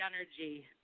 energy